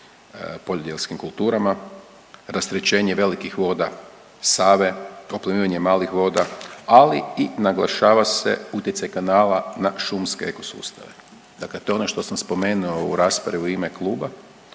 poljodjelskim kulturama. Rasterećenje velikih voda Save, oplemenjivanja malih voda, ali i naglašava se utjecaj kanala na šumske eko sustave. Dakle, to je ono što sam spomenuo u raspravi u ime kluba